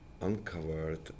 uncovered